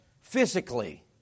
physically